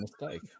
mistake